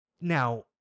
Now